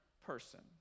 person